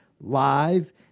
live